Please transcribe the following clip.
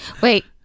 wait